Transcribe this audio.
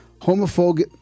homophobic